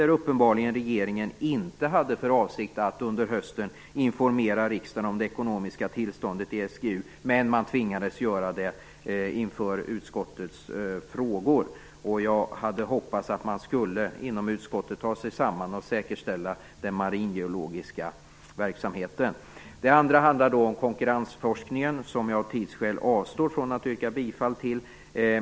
Regeringen hade uppenbarligen inte för avsikt att under hösten informera riksdagen om det ekonomiska tillståndet i SGU, men man tvingades besvara utskottets frågor. Jag hade hoppats att man inom utskottet skulle ha tagit sig samman och säkerställt den maringeologiska verksamheten. Den andra reservationen handlar om konkurrensforskning, vilken jag avstår från att yrka bifall till.